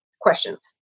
questions